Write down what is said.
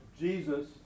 Jesus